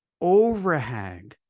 overhang